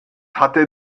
hatte